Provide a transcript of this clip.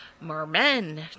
mermen